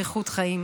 באיכות חיים.